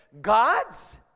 God's